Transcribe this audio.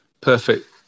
perfect